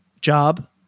job